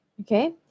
Okay